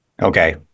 Okay